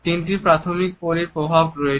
তিনটি প্রাথমিক পলির প্রবাহ আছে